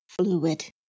fluid